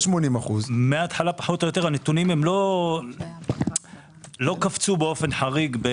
80%. הנתונים הם לא קפצו באופן חריג.